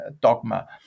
dogma